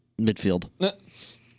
midfield